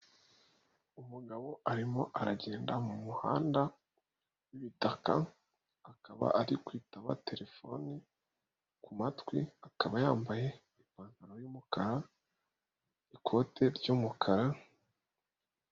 Umugabo arimo aragenda mu muhanda wi'ibitaka, akaba ari kwitaba telefone ku matwi, akaba yambaye ipantaro y'umukara ikote ry'umukara.